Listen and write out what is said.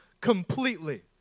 completely